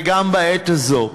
וגם בעת הזו,